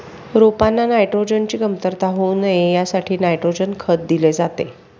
रोपांना नायट्रोजनची कमतरता होऊ नये यासाठी नायट्रोजन खत दिले जाते